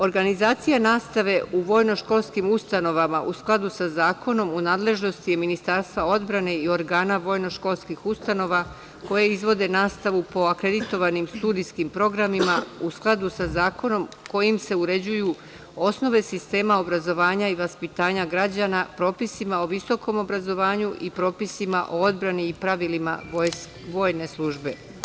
Organizacija nastave u vojno-školskim ustanovama u skladu sa zakonom u nadležnosti je Ministarstva odbrane i organa vojno školskih ustanova koje izvode nastavu po akreditovanim studijskim programima u skladu sa zakonom kojim se uređuju osnove sistema obrazovanja i vaspitanja građana propisima o visokom obrazovanju i propisima o odbrani i pravilima vojne službe.